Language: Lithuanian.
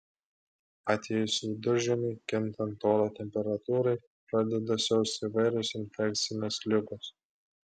atėjus viduržiemiui kintant oro temperatūrai pradeda siausti įvairios infekcinės ligos